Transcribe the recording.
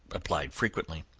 applied frequently.